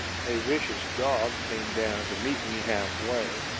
a vicious dog came down to meet me half-way,